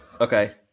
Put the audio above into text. Okay